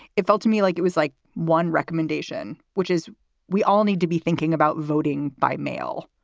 it felt to me like it was like one recommendation, which is we all need to be thinking about voting by mail.